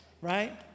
Right